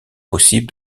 possible